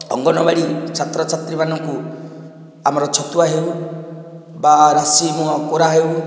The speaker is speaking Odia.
ଅଙ୍ଗନବାଡି ଛାତ୍ର ଛାତ୍ରୀମାନଙ୍କୁ ଆମର ଛତୁଆ ହେଉ ବା ରାଶି ମୁଆଁ କୋରା ହେଉ